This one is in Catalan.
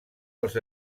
els